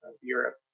Europe